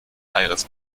aires